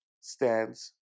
stands